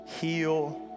heal